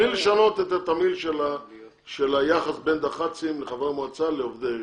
בלי לשנות את התמהיל של היחס בין דח"צים לחברי מועצה לעובדי עירייה.